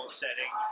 setting